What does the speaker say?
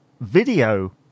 video